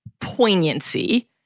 poignancy